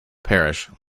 parish